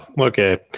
okay